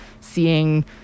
seeing